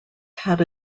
had